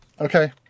Okay